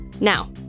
Now